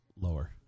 lower